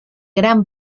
gran